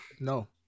No